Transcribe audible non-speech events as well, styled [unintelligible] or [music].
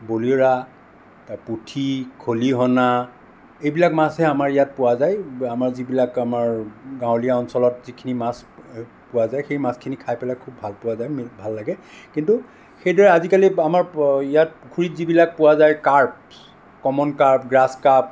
বলিয়ৰা তা পুঠি খলিহনা এইবিলাক মাছহে আমাৰ ইয়াত পোৱা যায় আমাৰ যিবিলাক আমাৰ গাঁৱলীয়া অঞ্চলত যিখিনি মাছ পোৱা যায় সেই মাছখিনি খাই পেলাই খুব ভালপোৱা যায় [unintelligible] ভাল লাগে কিন্তু সেইদৰে আজিকালি আমাৰ ইয়াত পুখুৰীত যিবিলাক পোৱা যায় carps common carp grass cup